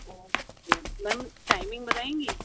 okay ma'am timing بتائیں گی